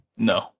No